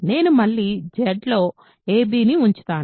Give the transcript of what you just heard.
నేను మళ్ళీ Z లో a b ని ఉంచుతాను